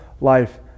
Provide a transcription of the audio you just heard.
life